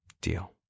Deal